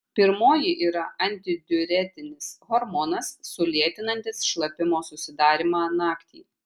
pirmoji yra antidiuretinis hormonas sulėtinantis šlapimo susidarymą naktį